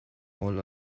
all